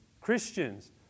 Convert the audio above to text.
Christians